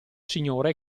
signore